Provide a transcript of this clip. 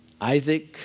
Isaac